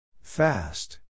Fast